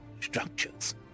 structures